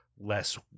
less